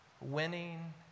winning